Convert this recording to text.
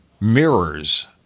mirrors